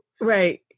Right